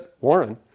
Warren